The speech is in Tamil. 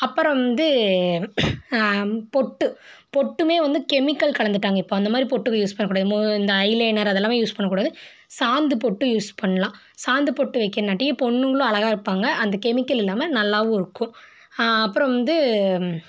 அப்புறம் வந்து பொட்டு பொட்டும் வந்து கெமிக்கல் கலந்துட்டாங்க இப்போ அந்த மாதிரி பொட்டு யூஸ் பண்ணக்கூடாது மோ இந்த ஐலைனர் அதெல்லாம் யூஸ் பண்ணக்கூடாது சாந்துப் பொட்டு யூஸ் பண்ணலாம் சாந்துப் பொட்டு வைக்கனாட்டி பொண்ணுங்களும் அழகாக இருப்பாங்க அந்த கெமிக்கல் இல்லாமல் நல்லாகவும் இருக்கும் அப்புறம் வந்து